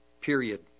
period